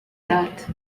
that